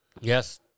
Yes